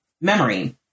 memory